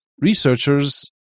researchers